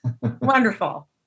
Wonderful